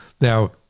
now